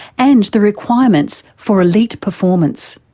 and the requirements for elite performance.